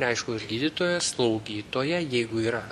aišku ir gydytojas slaugytoja jeigu yra